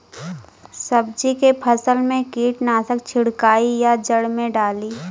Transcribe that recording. सब्जी के फसल मे कीटनाशक छिड़काई या जड़ मे डाली?